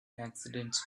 accidents